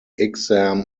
exam